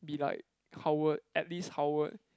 be like Howard at least Howard